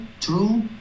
true